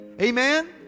Amen